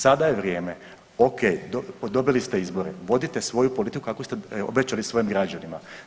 Sada je vrijeme, okej, dobili ste izbore, vodite svoju politiku kako ste obećali svojim građanima.